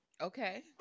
Okay